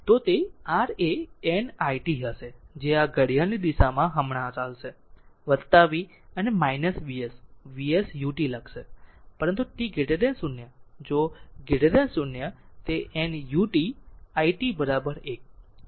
તો તે r એ n i t હશે જે આ ઘડિયાળની દિશામાં હમણાં ચાલશે v અને V s V s ut લખશે પરંતુ t 0 જો 0 તે n ut it 1